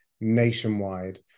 nationwide